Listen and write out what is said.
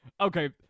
okay